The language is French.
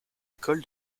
école